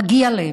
מגיע להם.